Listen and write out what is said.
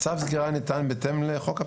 צו סגירה ניתן כשיש